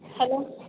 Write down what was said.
hello